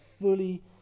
fully